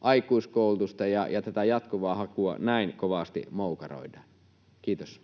aikuiskoulutusta ja tätä jatkuvaa hakua näin kovasti moukaroidaan. — Kiitos.